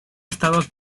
estado